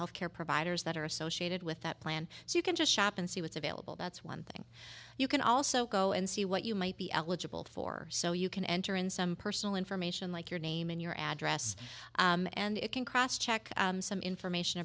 healthcare providers that are associated with that plan so you can just shop and see what's available that's one thing you can also go and see what you might be eligible for so you can enter in some personal information like your name and your address and it can cross check some information